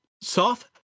soft